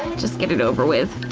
just get it over with.